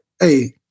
hey